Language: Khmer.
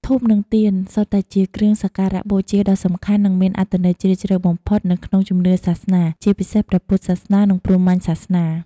ធូប និងទៀន សុទ្ធតែជាគ្រឿងសក្ការបូជាដ៏សំខាន់ និងមានអត្ថន័យជ្រាលជ្រៅបំផុតនៅក្នុងជំនឿសាសនា ជាពិសេសព្រះពុទ្ធសាសនា និងព្រហ្មញ្ញសាសនា។